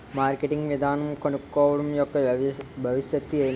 Marketing విధానం కనుక్కోవడం యెక్క భవిష్యత్ ఏంటి?